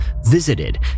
visited